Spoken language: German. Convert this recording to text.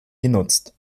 genutzt